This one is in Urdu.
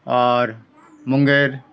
اور منگیر